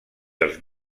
els